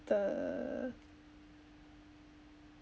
the